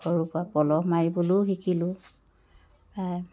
সৰুৰপৰা পলহ মাৰিবলৈয়ো শিকিলোঁ